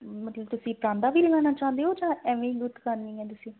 ਮਤਲਬ ਤੁਸੀਂ ਪਰਾਂਦਾ ਵੀ ਲਗਾਉਣਾ ਚਾਹੁੰਦੇ ਹੋ ਜਾਂ ਐਵੇਂ ਹੀ ਗੁੱਤ ਕਰਨੀ ਹੈ ਤੁਸੀਂ